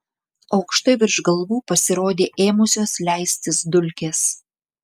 aukštai virš galvų pasirodė ėmusios leistis dulkės